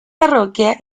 parroquia